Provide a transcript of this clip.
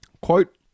Quote